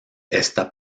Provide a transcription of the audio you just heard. está